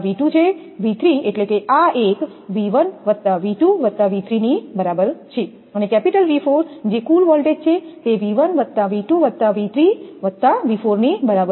𝑣3 એટલે કે આ એક 𝑣1 𝑣2 𝑣3 ની બરાબર છે અને કેપિટલ 𝑉4 જે કુલ વોલ્ટેજ છે તે 𝑣1 𝑣2 𝑣3 𝑣4 ની બરાબર છે